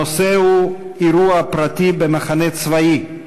הנושא הוא: אירוע פרטי במחנה צבאי.